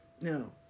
No